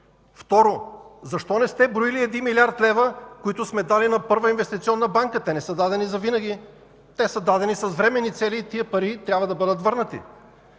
Второ, защо не сте броили 1 млрд. лв., които сме дали на Първа инвестиционна банка? Те не са дадени завинаги. Те са дадени с временни цели и тези пари трябва да бъдат върнати.